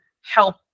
help